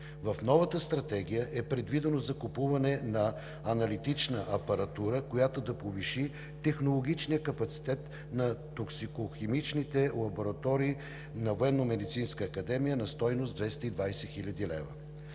В новата Стратегия е предвидено закупуване на аналитична апаратура, която да повиши технологичния капацитет на токсикохимичните лаборатории на Военномедицинска